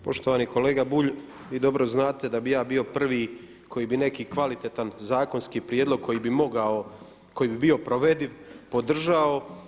Poštovani kolega Bulj vi dobro znate da bi ja bio prvi koji bi neki kvalitetan zakonski prijedlog koji bi mogao, koji bi bio provediv podržao.